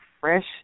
fresh